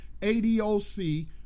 ADOC